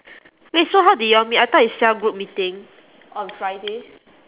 wait so how did you all meet I thought is cell group meeting on friday